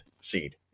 seed